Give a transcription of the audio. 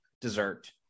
dessert